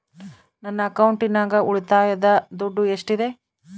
ನನ್ನ ಅಕೌಂಟಿನಾಗ ಉಳಿತಾಯದ ದುಡ್ಡು ಎಷ್ಟಿದೆ?